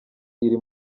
iri